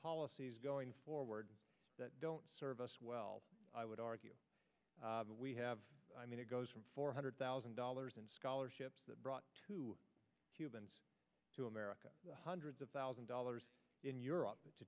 policies going forward that don't serve us well i would argue we have i mean it goes from four hundred thousand dollars in scholarships that brought two cubans to america hundreds of thousand dollars in europe to